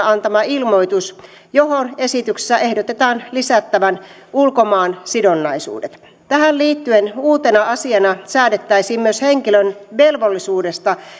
antama ilmoitus johon esityksessä ehdotetaan lisättävän ulkomaansidonnaisuudet tähän liittyen uutena asiana säädettäisiin myös henkilön velvollisuudesta